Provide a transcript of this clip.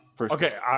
Okay